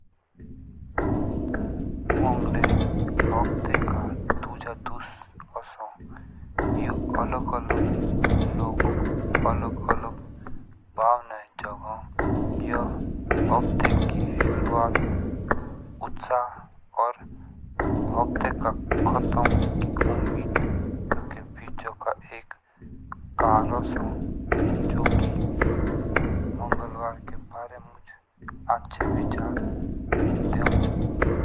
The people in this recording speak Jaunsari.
मंगले हफ्ते का दूसरा दस ओसो। यह अलग अलग लोगुक लग लग भावनायें जगाओ यह लोगुक के सुरात उत्साह और हफ्ते के कतम की उम्मीद के बीचो का एक करण ओसो जो की मंगलवार के बारे मुझ अच्छे विचार देओ।